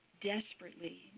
desperately